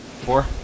Four